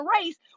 race